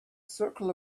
circle